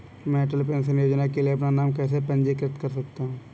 मैं अटल पेंशन योजना के लिए अपना नाम कैसे पंजीकृत कर सकता हूं?